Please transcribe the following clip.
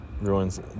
Ruins